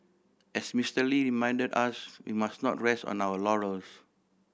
as Mister Lee reminded us we must not rest on our laurels